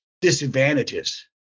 disadvantages